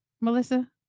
melissa